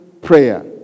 prayer